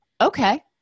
Okay